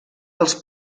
els